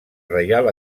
reial